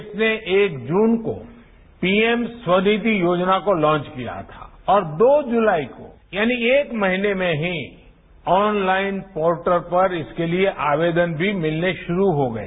देश ने एक जून को पीएम स्वानिधि योजना को लांच किया था और दो जुलाई को यानि एक महीने में ही ऑनलाइन पोर्टल पर इसके लिए आवेदन भी मिलने शुरू हो गए